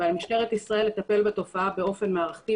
ועל משטרת ישראל לטפל בתופעה באופן מערכתי,